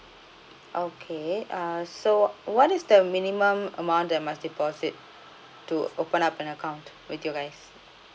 okay uh so what is the minimum amount that must deposit to open up an account with you guys